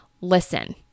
Listen